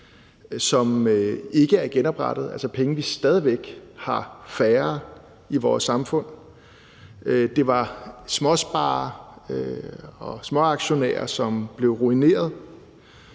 som ikke er genoprettet – altså penge, vi stadig væk har færre af i vores samfund – der var småsparere og småaktionærer, som blev ruineret.